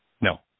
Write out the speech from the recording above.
No